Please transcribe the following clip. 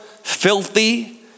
filthy